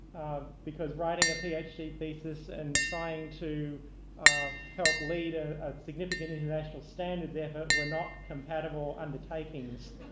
because writing a ph d. thesis and trying to um help lead a significant international standards effort were not compatible undertakings